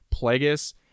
plagueis